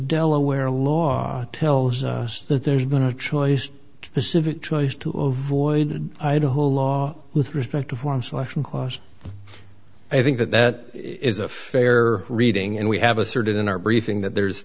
delaware law tells us that there's been a choice pacific choice to avoid idaho law with respect to form selection clause i think that that is a fair reading and we have asserted in our briefing that there's